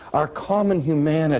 our common humanity